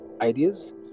ideas